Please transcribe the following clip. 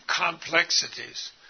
complexities